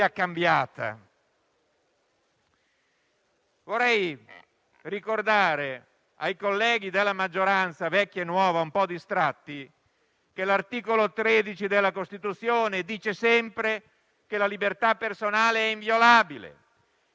che l'articolo 13 della Costituzione afferma sempre che la libertà personale è inviolabile; che l'articolo 16 della Costituzione stabilisce che ogni cittadino può circolare e soggiornare liberamente in qualsiasi parte del territorio nazionale,